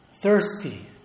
thirsty